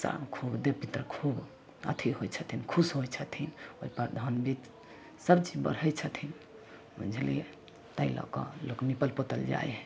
सब खूब देव पितर खूब अथी होइ छथिन खुश होइ छथिन ओहिपर धन बीत सबचीज बढ़ै छथिन बुझलिए ताहि लऽ कऽ लोक निपल पोतल जाइ हइ